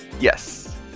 Yes